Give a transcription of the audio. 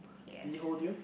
did he hold you